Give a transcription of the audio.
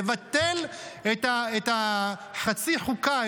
לבטל את החצי חוקה,